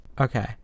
Okay